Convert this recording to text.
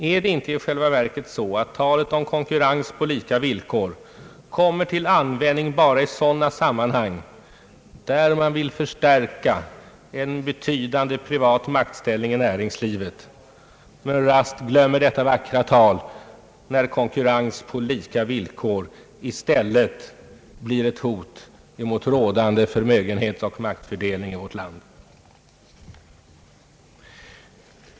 är det inte i själva verket så att talet om konkurrens på lika villkor kommer till användning bara i sådana sammanhang där man vill förstärka en betydande privat maktställning i näringslivet, medan man raskt glömmer detta vackra tal när konkurrens på lika villkor i stället blir ett hot mot rådande förmögenhetsoch maktfördelning i vårt land?